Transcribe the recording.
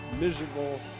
miserable